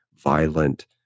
violent